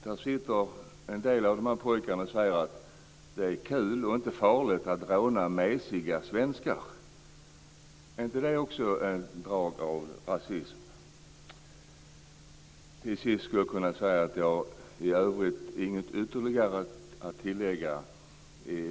Där sitter en del av pojkarna och säger att det är kul och inte farligt att råna mesiga svenskar. Är inte det drag av rasism? Jag kan till sist säga att jag har inget ytterligare att tillägga.